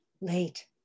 late